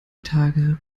tage